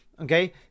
Okay